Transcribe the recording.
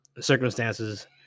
circumstances